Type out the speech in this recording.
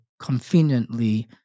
conveniently